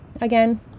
again